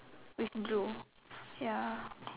with blue ya